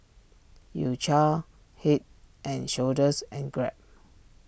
U Cha Head and Shoulders and Grab